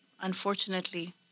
unfortunately